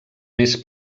més